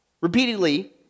repeatedly